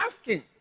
asking